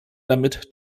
damit